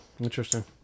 Interesting